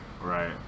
Right